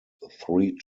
three